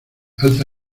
alza